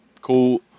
cool